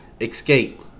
Escape